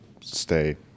stay